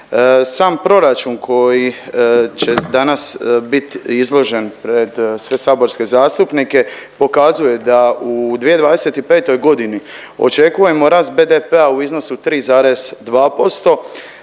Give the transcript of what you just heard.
Sam proračun koji će danas bit izložen pred sve saborske zastupnike pokazuje da u 2025.g. očekujemo rast BDP-a u iznosu 3,2%,